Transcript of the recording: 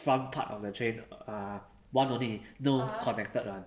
front part of the train uh one only no connected [one]